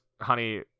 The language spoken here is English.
Honey